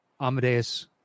Amadeus